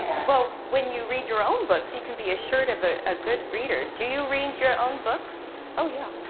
but when you read your own books, you can be assured of ah a good reader. do you read your own books? oh yeah.